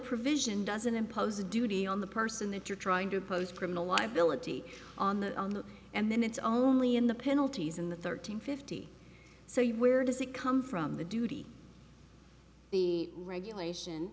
provision doesn't impose a duty on the person that you're trying to impose criminal liability on that on that and then it's only in the penalties in the thirteen fifty so you where does it come from the duty the regulation